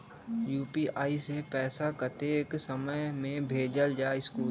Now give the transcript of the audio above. UPI से पैसा कतेक समय मे भेजल जा स्कूल?